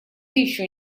еще